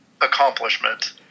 accomplishment